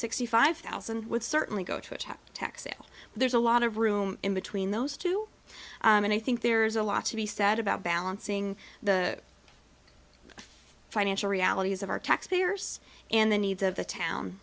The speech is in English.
sixty five thousand would certainly go to a check taxable there's a lot of room in between those two and i think there's a lot to be said about balancing the financial realities of our taxpayers and the needs of the town